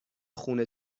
خونه